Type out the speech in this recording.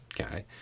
Okay